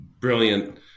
brilliant